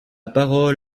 parole